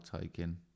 taking